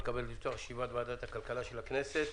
אני מתכבד לפתוח את ישיבת ועדת הכלכלה של הכנסת.